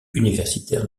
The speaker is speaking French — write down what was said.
universitaire